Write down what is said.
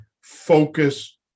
focus